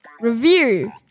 review